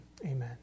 Amen